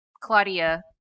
Claudia